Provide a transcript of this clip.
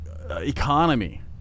Economy